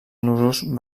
nusos